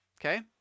Okay